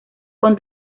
con